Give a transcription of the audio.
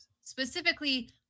Specifically